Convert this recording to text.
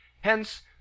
Hence